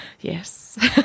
Yes